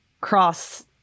cross